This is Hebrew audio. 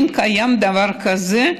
אם קיים דבר כזה,